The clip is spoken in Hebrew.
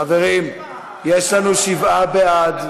חברים, יש לנו שבעה בעד.